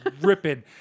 ripping